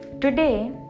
Today